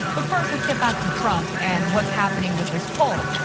but first, let's get back to trump and what's happening with this poll.